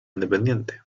independiente